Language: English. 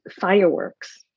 fireworks